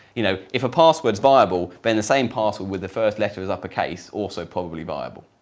you know, if a password's viable, then the same password with the first letter as uppercase also probably viable.